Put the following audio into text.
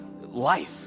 life